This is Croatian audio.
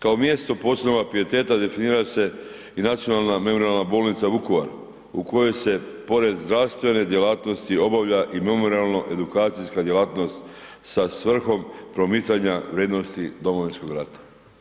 Kao mjesto posebnoga pijeteta definira se i Nacionalna memorijalna bolnica Vukovar u kojoj se pored zdravstvene djelatnosti obavlja i memorijalno edukacijska djelatnost sa svrhom promicanja vrijednosti Domovinskog rata.